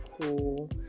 cool